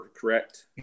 correct